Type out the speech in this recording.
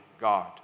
God